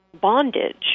bondage